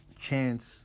chance